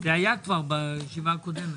זה היה כבר בישיבה הקודמת.